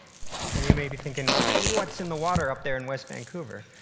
and you may be thinking, what's in the water up there in west vancouver?